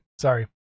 Sorry